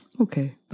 Okay